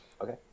Okay